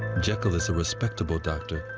jekyll is a respectable doctor,